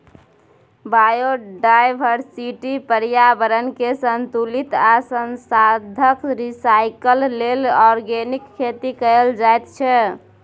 biodiversity, प्रर्याबरणकेँ संतुलित आ साधंशक रिसाइकल लेल आर्गेनिक खेती कएल जाइत छै